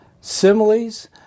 similes